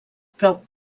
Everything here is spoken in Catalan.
prop